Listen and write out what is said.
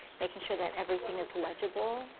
making sure that everything is legible.